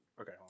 okay